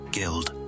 Guild